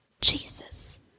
Jesus